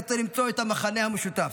ורצה למצוא את המכנה המשותף.